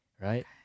right